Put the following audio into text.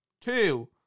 two